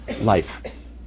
life